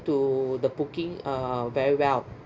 to the booking uh very well